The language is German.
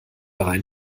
rein